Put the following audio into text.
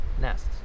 nests